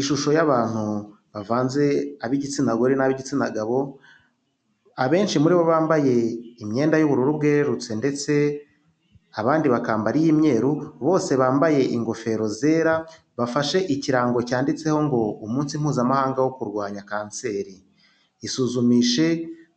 Ishusho y'abantu bavanze ab'igitsina gore n'ab'igitsina gabo, abenshi muri bo bambaye imyenda y'ubururu bwerurutse ndetse abandi bakambara iy'umweru, bose bambaye ingofero zera; bafashe ikirango cyanditseho ngo ''umunsi mpuzamahanga wo kurwanya kanseri, isuzumishe